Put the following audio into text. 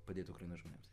padėt ukrainos žmonėms